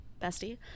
bestie